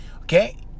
Okay